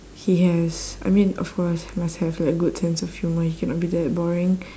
he has I mean of course must have like a good sense of humour he cannot be that boring